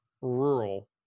rural